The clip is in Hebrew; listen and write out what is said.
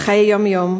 על חיי יום-יום.